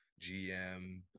GM